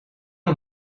een